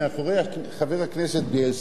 מאחורי חבר הכנסת בילסקי.